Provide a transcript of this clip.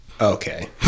Okay